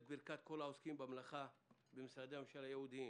ברכת כל העוסקים במלאכה במשרדי הממשלה הייעודיים,